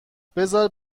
بذار